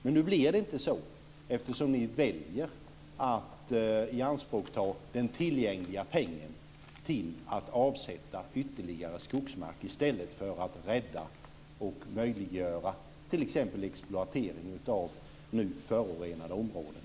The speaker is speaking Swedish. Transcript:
Men nu blir det inte så, eftersom ni väljer att ianspråkta den tillgängliga pengen till att avsätta ytterligare skogsmark i stället för att rädda och möjliggöra t.ex. exploatering av nu förorenade områden.